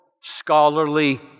scholarly